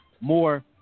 more